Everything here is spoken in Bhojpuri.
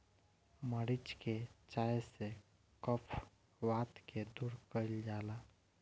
मरीच के चाय से कफ वात के दूर कइल जाला